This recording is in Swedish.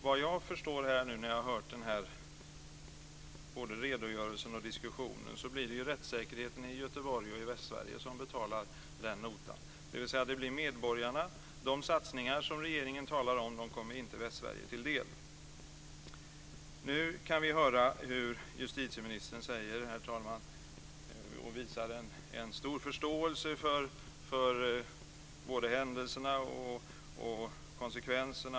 Vad jag förstår när jag har hört både redogörelsen och diskussionen så blir det rättssäkerheten i Göteborg och i Västsverige som betalar notan. Det blir alltså medborgarna. De satsningar som regeringen talar om kommer inte Västsverige till del. Herr talman! Nu kan vi höra justitieministern tala om detta och visa en stor förståelse för både händelserna och konsekvenserna.